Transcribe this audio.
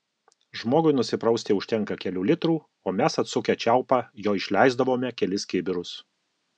žmogui nusiprausti užtenka kelių litrų o mes atsukę čiaupą jo išleisdavome kelis kibirus